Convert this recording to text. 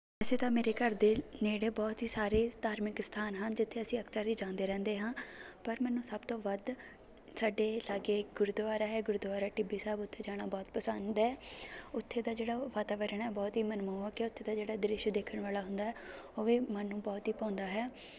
ਵੈਸੇ ਤਾਂ ਮੇਰੇ ਘਰ ਦੇ ਨੇੜੇ ਬਹੁਤ ਸਾਰੇ ਧਾਰਮਿਕ ਸਥਾਨ ਹਨ ਜਿੱਥੇ ਅਸੀਂ ਅਕਸਰ ਹੀ ਜਾਂਦੇ ਰਹਿੰਦੇ ਹਾਂ ਪਰ ਮੈਨੂੰ ਸਭ ਤੋਂ ਵੱਧ ਸਾਡੇ ਲਾਗੇ ਗੁਰਦੁਆਰਾ ਹੈ ਗੁਰਦੁਆਰਾ ਟਿੱਬੀ ਸਾਹਿਬ ਉੱਥੇ ਜਾਣਾ ਬਹੁਤ ਪਸੰਦ ਹੈ ਉੱਥੇ ਦਾ ਜਿਹੜਾ ਵਾਤਾਵਰਨ ਹੈ ਬਹੁਤ ਹੀ ਮਨਮੋਹਕ ਹੈ ਉੱਥੇ ਦਾ ਜਿਹੜਾ ਦ੍ਰਿਸ਼ ਦੇਖਣ ਵਾਲਾ ਹੁੰਦਾ ਉਹ ਵੀ ਮਨ ਨੂੰ ਬਹੁਤ ਹੀ ਭਾਉਂਦਾ ਹੈ